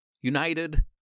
united